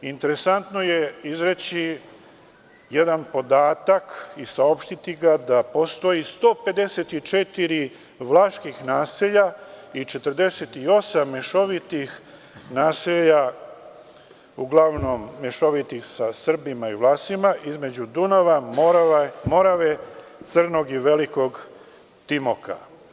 Interesantno je izreći jedan podatak i saopštiti ga, da postoji 154 vlaških naselja i 48 mešovitih naselja, uglavnom mešovitih sa Srbima i Vlasima, između Dunava, Morave, Crnog i Velikog Timoka.